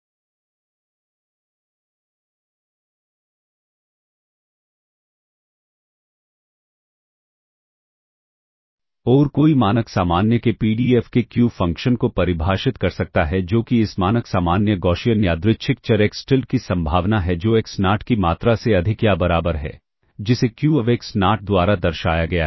और कोई मानक सामान्य के पीडीएफ के Q फ़ंक्शन को परिभाषित कर सकता है जो कि इस मानक सामान्य गॉशियन यादृच्छिक चर एक्स tilde की संभावना है जो एक्स नाट की मात्रा से अधिक या बराबर है जिसे Q of एक्स नाट द्वारा दर्शाया गया है